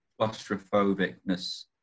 claustrophobicness